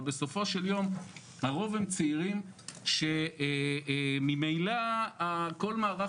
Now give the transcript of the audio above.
בסופו של יום הרוב הם צעירים שממילא כל מערך